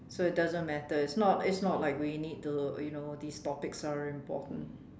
so it doesn't matter it's not it's not like we need to you know these topics are important